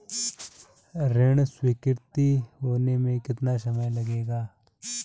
ऋण स्वीकृति होने में कितना समय लगेगा?